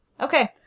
Okay